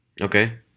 Okay